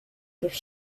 gives